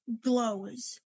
glows